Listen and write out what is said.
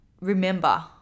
remember